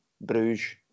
Bruges